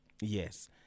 Yes